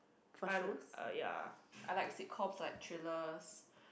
I uh ya I like sitcoms I like thrillers